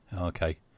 okay